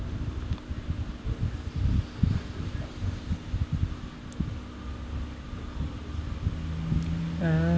uh